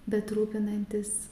bet rūpinantis